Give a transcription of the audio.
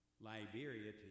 Liberia